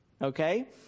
Okay